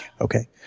okay